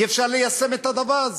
אי-אפשר ליישם את הדבר הזה.